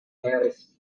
paris